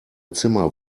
zimmer